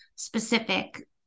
Specific